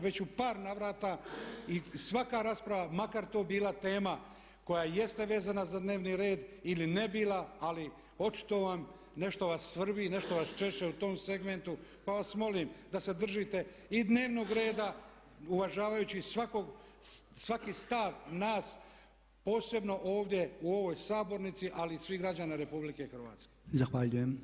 Već u par navrata i svaka rasprava makar to bila tema koja jeste vezana za dnevni red ili ne bila, ali očito vam nešto vas svrbi, nešto vas češe u tom segmentu, pa vas molim da se držite i dnevnog reda uvažavajući svaki stav nas posebno ovdje u ovoj sabornici ali i svih građana Republike Hrvatske.